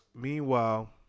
meanwhile